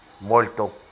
Muerto